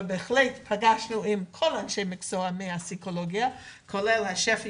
אבל בהחלט נפגשנו עם כל אנשי המקצוע מתחום הפסיכולוגיה כולל השפ"י